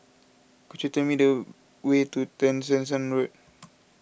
could you tell me the way to Tessensohn Road